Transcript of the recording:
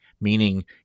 meaning